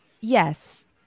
yes